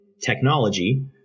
technology